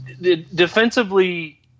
Defensively